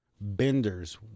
benders